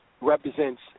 represents